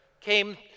came